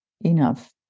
enough